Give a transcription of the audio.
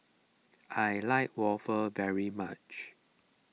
I like waffle very much